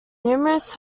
numerous